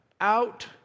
Out